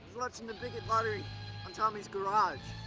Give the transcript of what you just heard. watching the bigot lottery on tommy's garage.